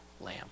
lamb